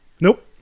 Nope